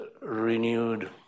renewed